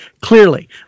Clearly